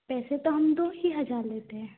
पैसे तो हम दो ही हजार लेते हैं